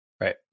Right